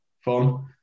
fun